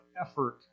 effort